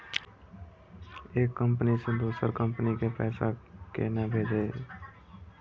एक कंपनी से दोसर कंपनी के पैसा केना भेजये?